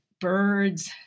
birds